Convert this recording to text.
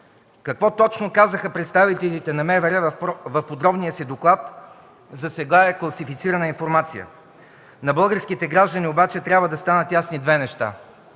Какво точно казаха представителите на МВР в подробния си доклад, засега е класифицирана информация. На българските граждани обаче трябва да станат ясни две неща.